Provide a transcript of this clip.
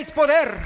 power